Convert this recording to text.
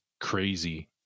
crazy